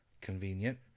Convenient